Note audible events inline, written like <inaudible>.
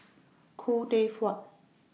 <noise> Khoo Teck Puat